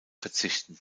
verzichten